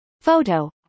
Photo